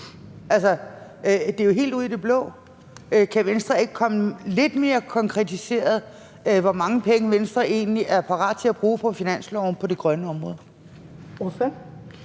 Altså, det er jo helt ud i det blå. Kan Venstre ikke komme med noget lidt mere konkretiseret om, hvor mange penge Venstre egentlig er parat til at bruge på finansloven på det grønne område?